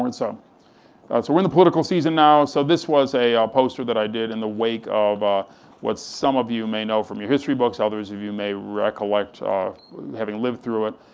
and so so we're in the political season now, so this was a ah poster that i did in the wake of what some of you may know from your history books, ah those of you may recollect having lived through it,